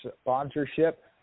sponsorship